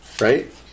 right